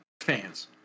fans